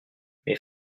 mes